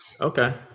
Okay